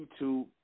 YouTube